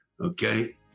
Okay